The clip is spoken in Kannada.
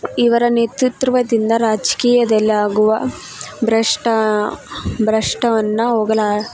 ಇವರ ನೇತೃತ್ವದಿಂದ ರಾಜಕೀಯದಲ್ಲಾಗುವ ಭ್ರಷ್ಟ ಭ್ರಷ್ಟವನ್ನ ಹೋಗಲಾ